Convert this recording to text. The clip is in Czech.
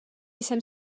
jsem